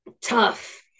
tough